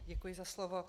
Děkuji za slovo.